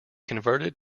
converted